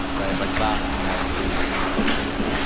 right? like, vox and now includes new york magazine.